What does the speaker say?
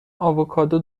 آووکادو